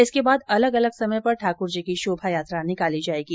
इसके बाद अलग अलग समय पर ठाक्र जी की शोभायात्रा निकाली जायेगी